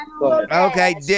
okay